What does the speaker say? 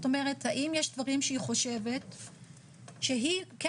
זאת אומרת האם יש דברים שהיא חושבת שהיא כן